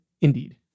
Indeed